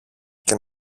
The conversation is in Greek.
και